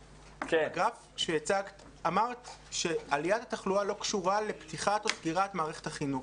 בגרף שהצגת אמרת שעליית התחלואה לא קשורה לפתיחת או סגירת מערכת החינוך,